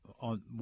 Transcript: on